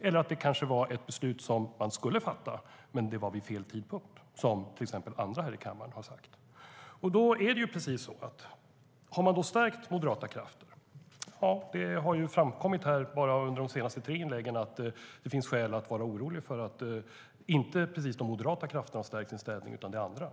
Eller var det kanske ett beslut som skulle fattas men där tidpunkten var fel, vilket andra i kammaren har sagt? Har de moderata krafterna stärkts? Av bara de senaste tre inläggen har det framkommit att det finns skäl att vara orolig för att det inte precis är de moderata krafterna som stärkt sin ställning utan att det är andra.